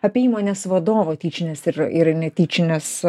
apie įmonės vadovo tyčines ir ir netyčines